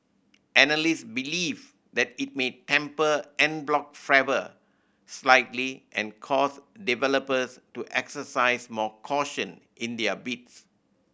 analysts believe that it may temper en bloc fervour slightly and cause developers to exercise more caution in their bids